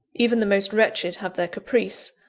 even the most wretched have their caprice,